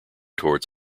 towards